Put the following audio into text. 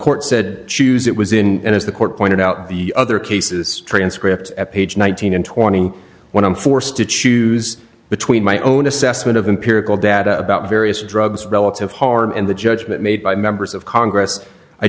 court said choose it was in and as the court pointed out the other cases transcript at page one thousand and twenty one i'm forced to choose between my own assessment of empirical data about various drugs relative harm and the judgment made by members of